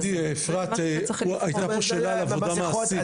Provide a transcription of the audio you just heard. תגידי אפרת, הייתה פה שאלה על עבודה מעשית.